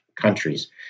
countries